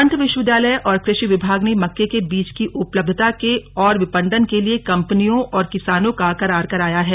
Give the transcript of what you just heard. पंत विश्वविद्यालय औरकृषि विभाग ने मक्के के बीज की उपलब्धता के और विपणन लिए कंपनियों और किसानों का करार कराया है